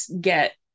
get